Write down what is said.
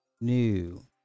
New